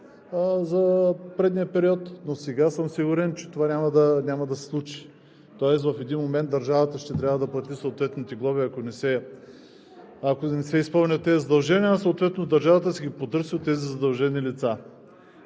за предния период. Но сега съм сигурен, че това няма да се случи, тоест в един момент държавата ще трябва да плати съответните глоби, ако не се изпълнят задълженията, а съответно държавата да си ги потърси от задължените лица.